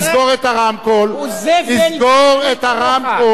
הוא זבל גזעני, לסגור את הרמקול, לסגור את הרמקול,